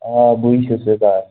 آ بٕے چھُس ویقار